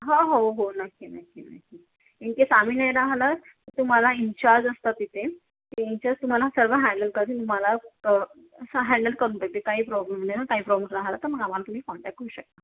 हा हो हो हो नक्की नक्की नक्की इनकेस आम्ही नाही राहलं तर तुम्हाला इन्चार्ज असतात तिथे ते इनचार्ज तुम्हाला सर्व हँडल करतील तुम्हाला हँडल करून देतील काही प्रॉब्लेम नाही काही प्रॉब्लेम राहिलं तर आम्हाला तुम्ही कॉन्टॅक्ट करू शकता